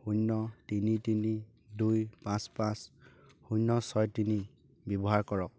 শূন্য তিনি তিনি দুই পাঁচ পাঁচ শূন্য ছয় তিনি ব্যৱহাৰ কৰক